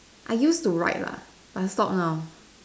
I used to write lah but I stop now